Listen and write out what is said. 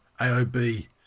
AOB